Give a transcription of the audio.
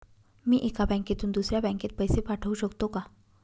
मी एका बँकेतून दुसऱ्या बँकेत पैसे पाठवू शकतो का?